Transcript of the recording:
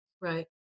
Right